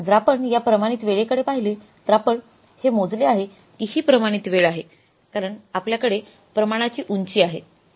जर आपण या प्रमाणित वेळेकडे पाहिले तर आपण हे मोजले आहे आणि ही प्रमाणित वेळ आहे कारण आपल्याकडे प्रमाणाची उंची आहे